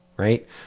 right